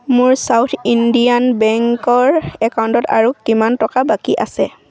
মোৰ south Indian বেংকৰ একাউণ্টত আৰু কিমান টকা বাকী আছে